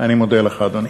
אני מודה לך, אדוני.